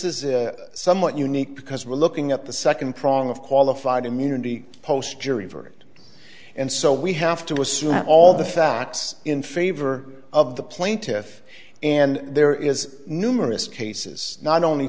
is somewhat unique because we're looking at the second prong of qualified immunity post jury verdict and so we have to assume that all the facts in favor of the plaintiff and there is numerous cases not only